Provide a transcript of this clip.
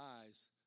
eyes